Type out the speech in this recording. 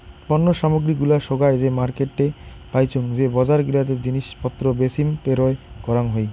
পণ্য সামগ্রী গুলা সোগায় যে মার্কেটে পাইচুঙ যে বজার গিলাতে জিনিস পত্র বেচিম পেরোয় করাং হই